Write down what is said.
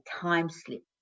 time-slip